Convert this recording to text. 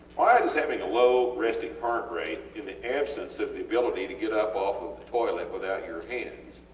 why does having a low resting heartrate in the absence of the ability to get up off of the toilet without your hands